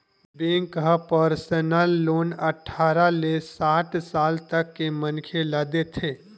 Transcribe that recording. bank ह personal loan अठारह ले साठ साल तक के मनखे ल देथे